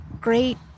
great